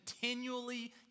continually